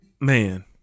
Man